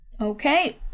Okay